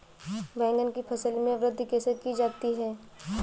बैंगन की फसल में वृद्धि कैसे की जाती है?